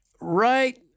right